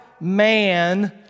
man